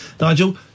Nigel